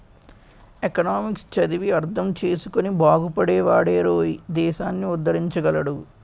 economics చదివి అర్థం చేసుకుని బాగుపడే వాడేరోయ్ దేశాన్ని ఉద్దరించగలడు